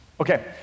Okay